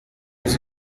dans